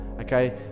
okay